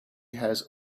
has